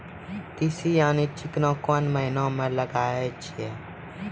तीसी यानि चिकना कोन महिना म लगाय छै?